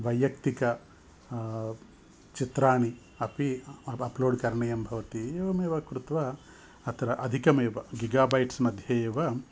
वैयक्तिक चित्राणि अपि अप् अप्लोड् करणीयं भवति एवमेव कृत्वा अत्र अधिकमेव गिगाबैट्स्मध्ये एव